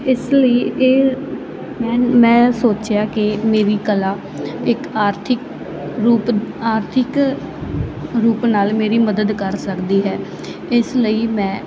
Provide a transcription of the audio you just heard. ਇਸ ਲਈ ਇਹ ਮੈਂ ਸੋਚਿਆ ਕਿ ਮੇਰੀ ਕਲਾ ਇੱਕ ਆਰਥਿਕ ਰੂਪ ਆਰਥਿਕ ਰੂਪ ਨਾਲ ਮੇਰੀ ਮਦਦ ਕਰ ਸਕਦੀ ਹੈ ਇਸ ਲਈ ਮੈਂ